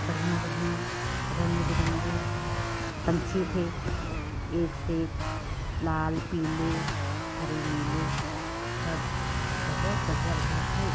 बढ़िया बढ़िया रंग बिरंगे पक्षी थे एक से एक लाल पीले हरे नीले सब बहुत बढ़िया बढ़िया थे